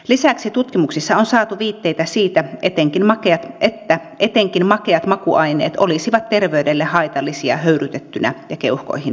lisäksi tutkimuksissa on saatu viitteitä siitä että etenkin makeat makuaineet olisivat terveydelle haitallisia höyrytettyinä ja keuhkoihin vedettyinä